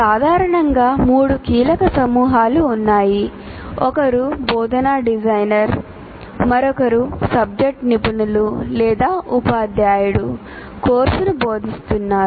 సాధారణంగా మూడు కీలక సమూహాలు ఉన్నాయి ఒకరు బోధనా డిజైనర్ మరొకరు సబ్జెక్ట్ నిపుణులు కోర్సును బోధిస్తున్నారు